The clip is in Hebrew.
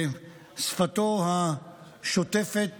בשפתו השוטפת,